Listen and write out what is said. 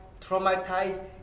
traumatized